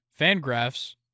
Fangraphs